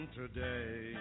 today